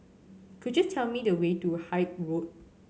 could you tell me the way to Haig Road